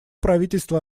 правительство